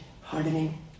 hardening